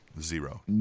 zero